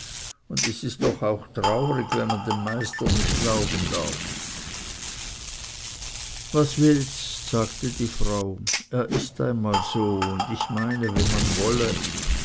und es ist doch auch traurig wenn man dem meister nicht glauben darf was willst sagte die frau es ist einmal so und ich meine wenn man wolle